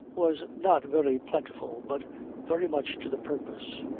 was not very plentiful but very much to the purpose,